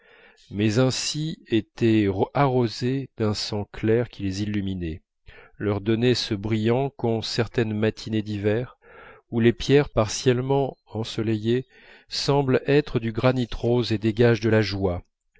mais ainsi étaient arrosées d'un sang clair qui les illuminait leur donnait ce brillant qu'ont certaines matinées d'hiver où les pierres partiellement ensoleillées semblent être du granit rose et dégagent de la joie